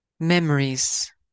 Memories